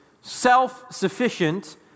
self-sufficient